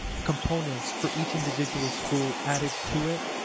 components for each individual school added to it.